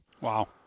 Wow